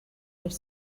their